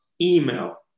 email